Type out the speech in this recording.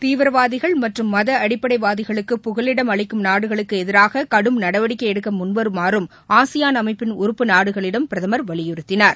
தீவிரவாதிகள் மற்றும் மத அடிப்படை வாதிகளுக்கு புகலிடம் அளிக்கும் நாடுகளுக்கு எதிராக கடும் நடவடிக்கை எடுக்க முன்வருமாறும் ஆசியான் அமைப்பின் உறுப்பு நாடுகளிடம் பிரதமர் வலியுறுத்தினார்